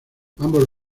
ambos